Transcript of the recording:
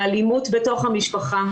מאלימות בתוך המשפחה